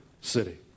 city